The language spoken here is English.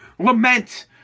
Lament